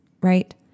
right